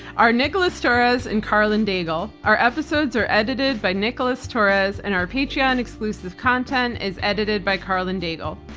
are nicholas torres and karlyn daigle. our episodes are edited by nicholas torres and our patreon exclusive content is edited by karlyn daigle.